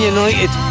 United